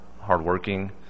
hardworking